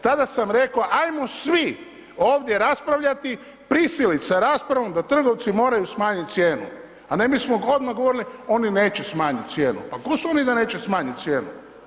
Tada sam reko ajmo svi ovdje raspravljati, prisilit se raspravom da trgovci moraju smanjit cijenu, a ne mi smo odmah govorili oni neće smanjit cijenu, pa tko su oni da neće smanjit cijenu.